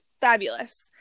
fabulous